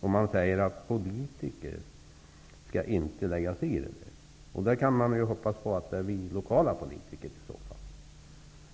Man säger att politiker inte skall lägga sig i. Vi kan hoppas att det gäller oss lokala politiker.